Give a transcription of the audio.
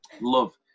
love